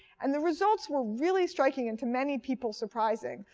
and the results were really striking and to many people surprising.